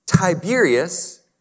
Tiberius